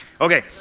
Okay